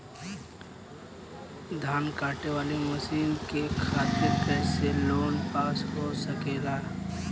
धान कांटेवाली मशीन के खातीर कैसे लोन पास हो सकेला?